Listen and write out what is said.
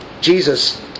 Jesus